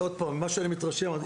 עוד פעם,